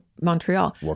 Montreal